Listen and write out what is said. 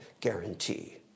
guarantee